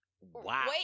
Wow